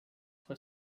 were